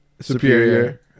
superior